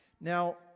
Now